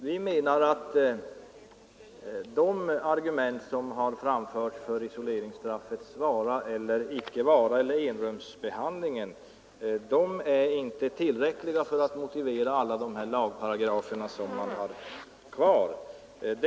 Vi menar att de argument som framförts för isoleringsstraffets eller enrumsbehandlingens behållande inte är tillräckliga för att motivera alla de lagparagrafer som finns kvar.